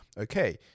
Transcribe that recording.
Okay